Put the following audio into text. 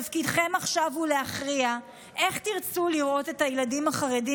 תפקידכם עכשיו הוא להכריע איך תרצו לראות את הילדים החרדים